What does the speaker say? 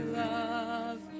love